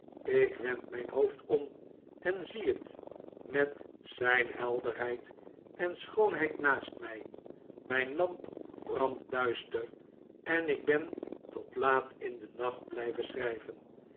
ik wend mijn hoofd om en zie net met zijn helderheid en schoonheid naast mij mijn lamp brandt duister en ik ben tot laat in den nacht blijven schrijven